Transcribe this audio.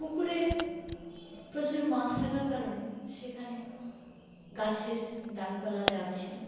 পুকুরে প্রচুর মাছ থাকার কারণে সেখানে গাছের ডালপালা দেওয়া ছিলো